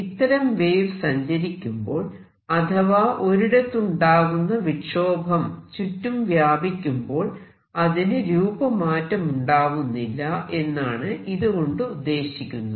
ഇത്തരം വേവ്സ് സഞ്ചരിക്കുമ്പോൾ അഥവാ ഒരിടത്തുണ്ടായ വിക്ഷോഭം ചുറ്റും വ്യാപിക്കുമ്പോൾ അതിന് രൂപമാറ്റമുണ്ടാവുന്നില്ല എന്നാണ് ഇതുകൊണ്ട് ഉദ്ദേശിക്കുന്നത്